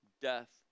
death